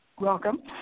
welcome